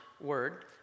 word